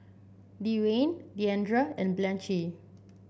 Dewayne Deandre and Blanchie